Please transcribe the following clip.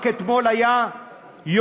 רק אתמול היה יום